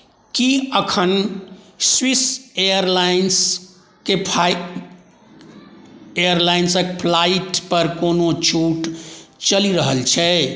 की एखन स्विस एयरलाइन्सके फ्लाइटपर कोनो छूट चलि रहल छै